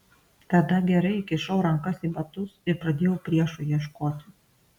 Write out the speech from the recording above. tada gerai įkišau rankas į batus ir pradėjau priešo ieškoti